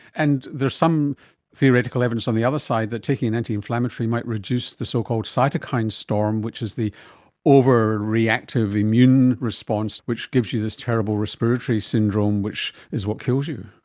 and there is some theoretical evidence on the other side that taking an anti-inflammatory might reduce the so-called cytokine storm which is the overreactive immune response which gives you this terrible respiratory syndrome which is what kills you.